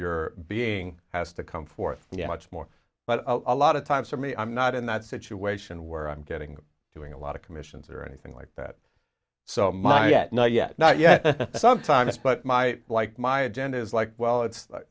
your being has to come forth yeah much more but a lot of times for me i'm not in that situation where i'm getting doing a lot of commissions or anything like that so my yet not yet not yet sometimes but my like my agenda is like well it's